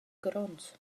gronds